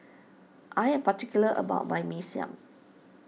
I am particular about my Mee Siam